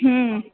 हम्म